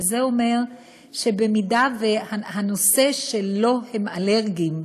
וזה אומר שאם הדבר שאליו הם אלרגיים,